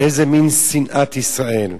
לאיזה מין שנאת ישראל.